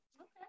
Okay